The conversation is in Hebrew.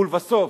ולבסוף,